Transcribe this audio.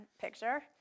picture